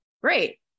great